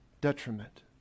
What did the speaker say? detriment